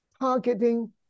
targeting